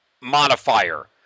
modifier